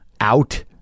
out